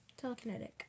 Telekinetic